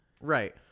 Right